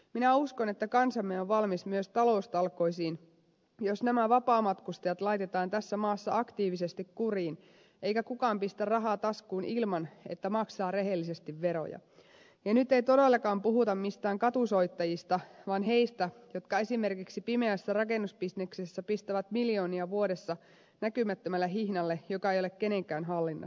minä uskon että kansamme on valmis myös taloustalkoisiin jos nämä vapaamatkustajat laitetaan tässä maassa aktiivisesti kuriin eikä kukaan pistä rahaa taskuun ilman että maksaa rehellisesti veroja ja nyt ei todellakaan puhuta mistään katusoittajista vaan niistä jotka esimerkiksi pimeässä rakennusbisneksessä pistävät miljoonia vuodessa näkymättömälle hihnalle joka ei ole kenenkään hallinnassa